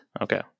Okay